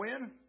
win